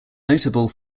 notable